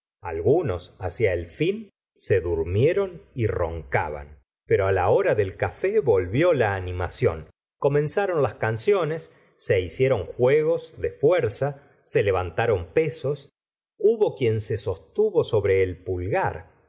algunos hacia el fin se durmieron y roncaban pero la hora del café volvió la animación comenzaron las canciones se hicieron juegos de fuerza se levantaron pesos hubo quien se sostuvo sobre el pulgar